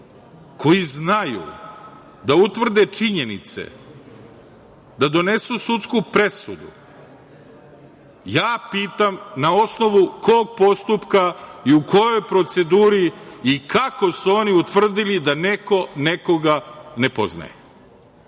koji znaju da utvrde činjenice, da donesu sudsku presudu, ja pitam na osnovu kog postupka i u kojoj proceduri i kako su oni utvrdili da neko nekoga ne